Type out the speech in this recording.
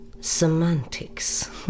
Semantics